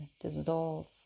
dissolve